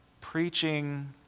preaching